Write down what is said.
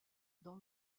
dans